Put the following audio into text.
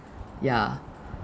ya